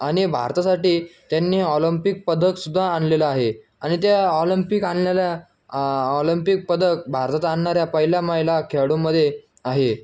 आणि भारतासाठी त्यांनी ऑलंम्पिक पदकसुद्धा आणलेलं आहे आणि त्या ऑलंमपिक आणलेल्या ऑलंपिक पदक भारतात आणणाऱ्या पहिल्या महिला खेळाडूमध्ये आहे